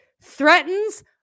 threatens